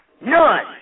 None